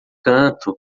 canto